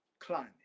climate